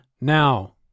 now